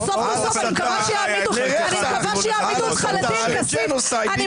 סוף כל סוף, אני מקווה שיעמידו אותך לדין, כסיף.